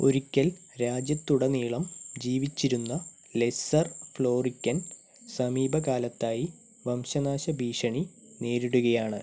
ഒരിക്കൽ രാജ്യത്തുടനീളം ജീവിച്ചിരുന്ന ലെസ്സർ ഫ്ലോറിക്കൻ സമീപകാലത്തായി വംശനാശ ഭീഷണി നേരിടുകയാണ്